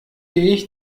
ich